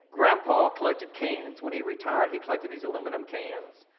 grandpa collected cans when he retired, he collected these aluminum cans.